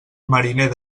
mariner